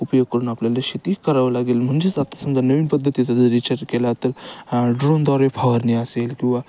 उपयोग करून आपल्याला शेती करावं लागेल म्हणजेच आता समजा नवीन पद्धतीचा जर विचार केला तर ड्रोनद्वारे फवारणी असेल किंवा